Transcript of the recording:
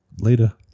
later